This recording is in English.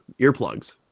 earplugs